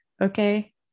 Okay